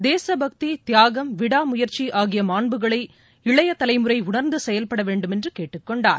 தேசபக்தி தியாகம் விடாமுயற்சி ஆகிய மாண்புகளை இளைய தலைமுறை உணா்ந்து செயல்பட வேண்டும் என்று கேட்டுக்கொண்டார்